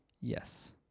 Yes